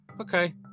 Okay